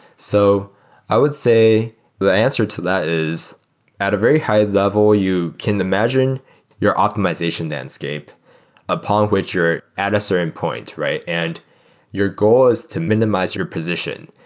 so i would say the answer to that is at a very high level, you can imagine your optimization landscape upon which you're at a certain point, right? and your goal is to minimize your position.